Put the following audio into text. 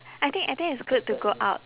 I think I think it's good to go out